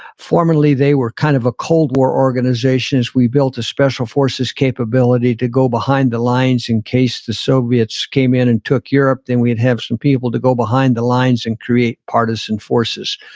formerly, they were kind of a cold war organizations as we built a special forces capability to go behind the lines in case the soviets came in and took europe, then we'd have some people to go behind the lines and create partisan forces.